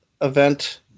event